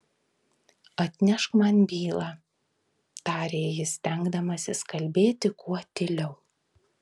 atnešk man bylą tarė jis stengdamasis kalbėti kuo tyliau